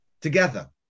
together